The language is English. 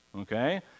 okay